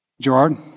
Gerard